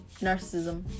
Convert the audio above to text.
Narcissism